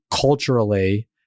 culturally